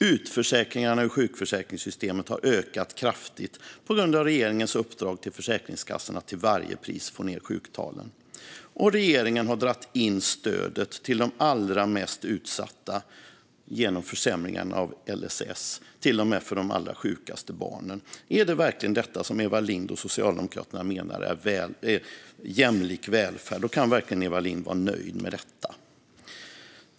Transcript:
Utförsäkringarna ur sjukförsäkringssystemet har ökat kraftigt på grund av regeringens uppdrag till Försäkringskassan att till varje pris få ned sjuktalen. Och regeringen har dragit in stödet till de allra mest utsatta, till och med de allra sjukaste barnen, genom försämringarna av LSS. Är det verkligen detta som Eva Lindh och Socialdemokraterna menar är jämlik välfärd? Kan Eva Lindh verkligen vara nöjd med detta?